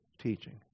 teaching